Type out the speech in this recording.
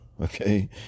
Okay